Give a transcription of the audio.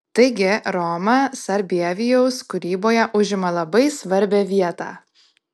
taigi roma sarbievijaus kūryboje užima labai svarbią vietą